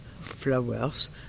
flowers